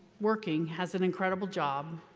working, has an incredible job,